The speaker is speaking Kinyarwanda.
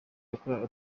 yakorewe